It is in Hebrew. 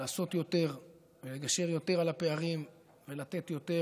לעשות יותר ולגשר יותר על הפערים ולתת יותר.